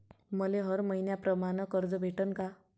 मले हर मईन्याप्रमाणं कर्ज भेटन का?